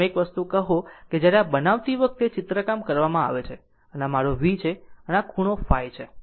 આમ એક જ વસ્તુ કહો કે જ્યારે આ બનાવતી વખતે ચિત્રકામ કરવામાં આવે છે અને આ મારો V છે અને આ ખૂણો ϕ છે